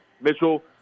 Mitchell